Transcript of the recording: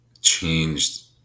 changed